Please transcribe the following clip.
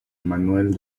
manuel